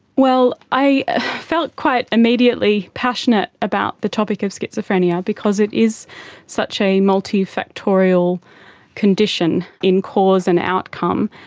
well, i felt quite immediately passionate about the topic of schizophrenia because it is such a multifactorial condition in cause and outcome.